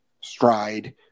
stride